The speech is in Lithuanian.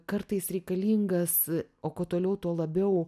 kartais reikalingas o kuo toliau tuo labiau